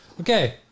Okay